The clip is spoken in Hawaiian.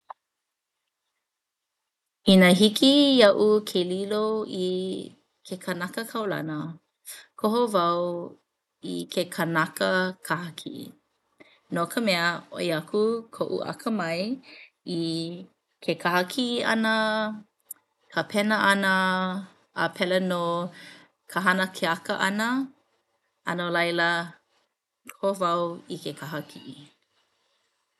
Inā hiki iaʻu ke lilo i ke kanaka kaulana koho wau i ke kanaka kaha kiʻi no ka mea ʻoi aku koʻu akamai i ke kaha kiʻi ʻana, ka pena ʻana a pēlā nō ka hana keaka ʻana. A no laila koho wau i ke kaha kiʻi.